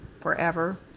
forever